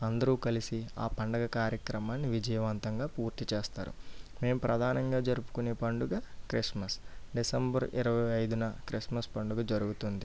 అందరు కలిసి ఆ పండగ కార్యక్రమాన్ని విజయవంతంగా పూర్తి చేస్తారు మేము ప్రధానంగా జరుపుకునే పండుగ క్రిస్మస్ డిసెంబర్ ఇరవై ఐదున క్రిస్మస్ పండుగ జరుగుతుంది